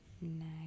Nice